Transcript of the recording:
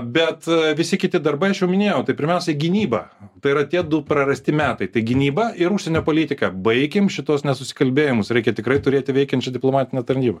bet visi kiti darbai aš jau minėjau tai pirmiausia gynyba tai yra tie du prarasti metai tai gynyba ir užsienio politika baikim šituos nesusikalbėjimus reikia tikrai turėti veikiančią diplomatinę tarnybą